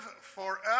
forever